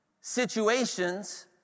situations